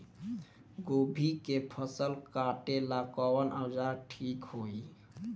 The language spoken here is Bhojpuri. गोभी के फसल काटेला कवन औजार ठीक होई?